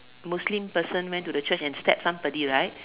Muslim person went to the Church and stab somebody right